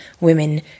women